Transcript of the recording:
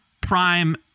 Prime